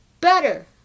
better